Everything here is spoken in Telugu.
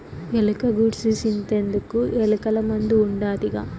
ఎలక గూర్సి సింతెందుకు, ఎలకల మందు ఉండాదిగా